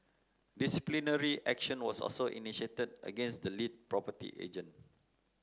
disciplinary action was also initiated against the lead property agent